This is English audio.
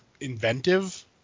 inventive